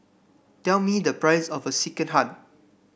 tell me the price of Sekihan